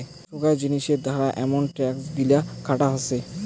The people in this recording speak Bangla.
সোগায় জিনিসের ধারা আমন ট্যাক্স গুলা কাটা হসে